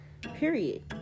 Period